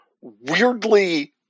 weirdly